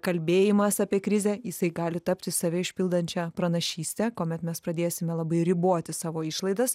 kalbėjimas apie krizę jisai gali tapti save išpildančia pranašyste kuomet mes pradėsime labai riboti savo išlaidas